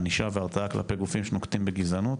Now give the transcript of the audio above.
ענישה והרתעה כלפי גופים שנוקטים בגזענות.